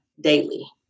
daily